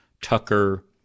Tucker